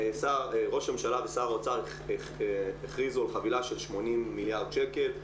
ראש הממשלה ושר האוצר הכריזו על חבילה של 80 מיליארד שקל.